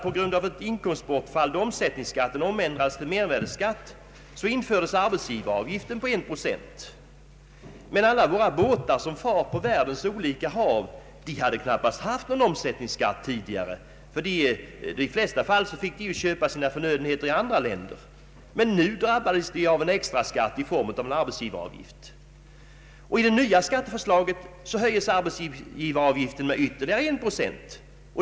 På grund av ett inkomstbortfall då omsättningsskatten ändrades till mervärdeskatt infördes arbetsgivaravgift på en procent. Alla våra fartyg som färdas på världens olika hav hade tidigare knappast haft någon omsättningsskatt, då de i de flesta fall fick köpa sina förnödenheter i andra länder. Nu drabbades de av en extraskatt i form av en arbetsgivaravgift. I det nya skatteförslaget höjes nu arbetsgivaravgiften med ytterligare en procent.